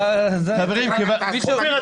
אופיר,